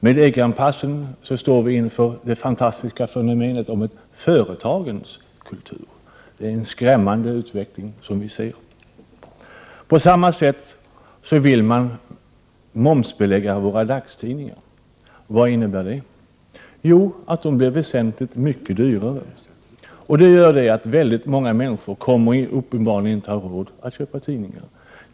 Med en EG-anpassning står vi inför det fantastiska fenomenet en företagens kultur. Det är en skrämmande utveckling som vi ser. På samma sätt vill man momsbelägga våra dagstidningar. Vad innebär det? Jo, att de blir väsentligt mycket dyrare. Det gör att väldigt många människor uppenbarligen inte kommer att ha råd att köpa tidningar.